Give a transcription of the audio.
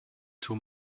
too